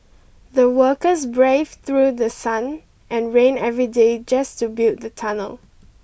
the workers braved through the sun and rain every day just to build the tunnel